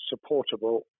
supportable